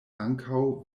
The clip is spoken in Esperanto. ankaŭ